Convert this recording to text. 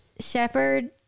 Shepard